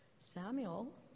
Samuel